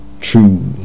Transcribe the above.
true